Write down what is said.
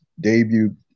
debut